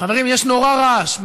חברים, יש נורא רעש.